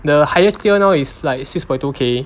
the highest tier now is like six point two K